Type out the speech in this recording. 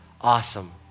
Awesome